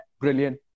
brilliant